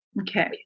Okay